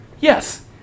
Yes